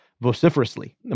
vociferously